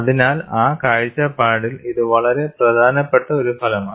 അതിനാൽ ആ കാഴ്ചപ്പാടിൽ ഇത് വളരെ പ്രധാനപ്പെട്ട ഒരു ഫലമാണ്